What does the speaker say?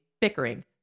bickering